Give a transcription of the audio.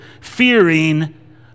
fearing